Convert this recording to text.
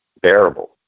bearable